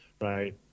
right